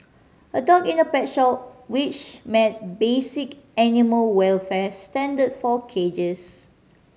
a dog in a pet shop which met basic animal welfare standard for cages